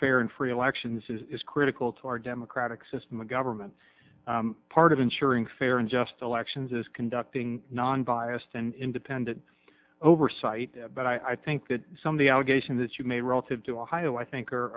fair and free elections is critical to our democratic system of government part of ensuring fair and just elections is conducting non biased and independent oversight but i think that some of the allegation that you may relative to ohio i think